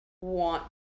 want